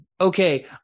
Okay